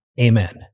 Amen